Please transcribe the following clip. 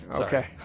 Okay